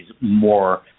more